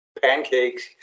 Pancakes